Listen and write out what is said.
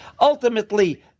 Ultimately